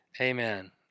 Amen